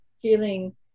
feeling